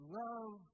love